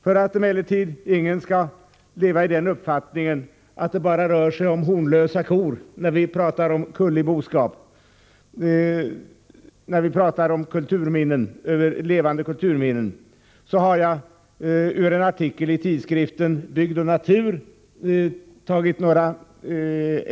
För att emellertid ingen skall leva i uppfattningen att det bara rör sig om hornlösa kor när vi talar om bevarande av levande kulturminnen har jag ur en uppsats i tidskriften Bygd och Natur av fil.